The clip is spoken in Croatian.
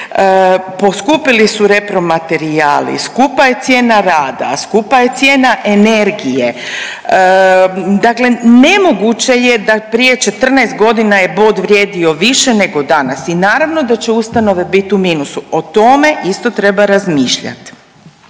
poskupili su repromaterijali, skupa je cijena rada, skupa je cijena energije, dakle nemoguće je da prije 14 godina je bod vrijedio više nego danas i naravno da će ustanove biti u minusu. O tome isto treba razmišljati.